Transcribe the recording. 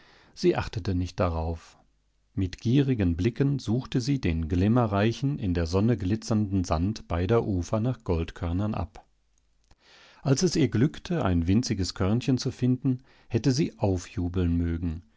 sie achtete nicht darauf mit gierigen blicken suchte sie den glimmerreichen in der sonne glitzernden sand beider ufer nach goldkörnern ab als es ihr glückte ein winziges körnchen zu finden hätte sie aufjubeln mögen